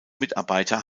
mitarbeiter